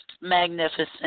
magnificent